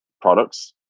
products